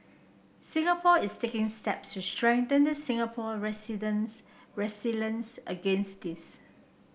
Singapore is taking steps to strengthen the Singapore residents resilience against this